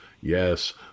Yes